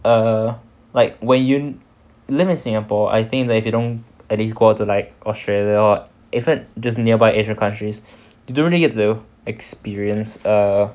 err like when you live in singapore I think that if you don't at least go out to like australia or even just nearby asia countries you don't really get to experience err